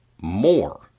More